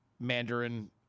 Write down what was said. Mandarin